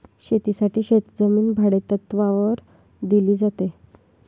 शेतीसाठी शेतजमीन भाडेतत्त्वावर दिली जाते